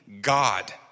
God